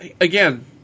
again